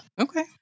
Okay